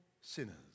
sinners